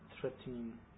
threatening